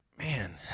Man